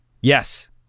Yes